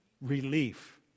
Relief